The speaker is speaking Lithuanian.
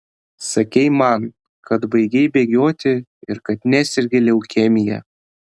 sakei man kad baigei bėgioti ir kad nesergi leukemija